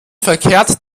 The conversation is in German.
verkehrt